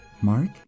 Mark